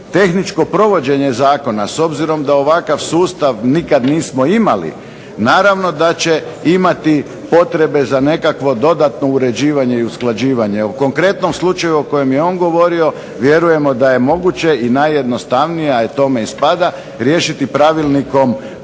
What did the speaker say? Tehničko provođenje zakona s obzirom da ovakav sustav nikad nismo imali naravno da će imati potrebe za nekakvo dodatno uređivanje i usklađivanje. U konkretnom slučaju o kojem je on govorio vjerujemo da je moguće i najjednostavnije je, a tome i spada riješiti Pravilnikom